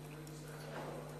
תם סדר-היום.